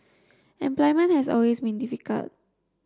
employment has always been difficult